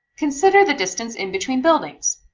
consider the distance in between buildings.